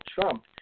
Trump